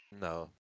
No